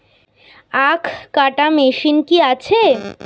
আখ কাটা মেশিন কি আছে?